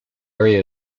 area